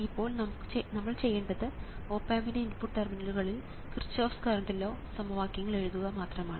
ഇപ്പോൾ നമ്മൾ ചെയ്യേണ്ടത് ഓപ് ആമ്പിൻറെ ഇൻപുട്ട് ടെർമിനലുകളിൽ Kirchhoff's current law Kirchhoffs current law സമവാക്യങ്ങൾ എഴുതുക മാത്രമാണ്